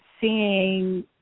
seeing